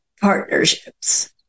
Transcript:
partnerships